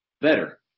better